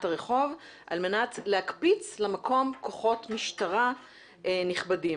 הרחוב על מנת להקפיץ למקום כוחות משטרה נכבדים.